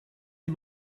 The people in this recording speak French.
lès